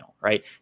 right